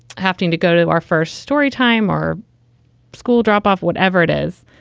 having to go to our first storytime or school drop off whatever it is,